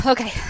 Okay